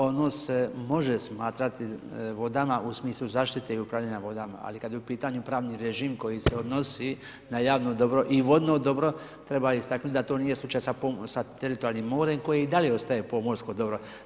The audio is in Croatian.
Ono se može smatrati vodama u smislu zaštite i upravljanja vodama, ali kada je u pitanju pravni režim koji se odnosi na javno dobro i vodno dobro treba istaknuti da to nije slučaj sa teritorijalnim morem koji i dalje ostaje pomorsko dobro.